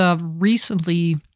recently